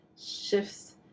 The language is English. shifts